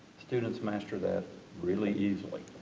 students master that really easily.